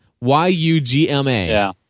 Y-U-G-M-A